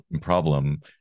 problem